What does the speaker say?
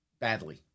badly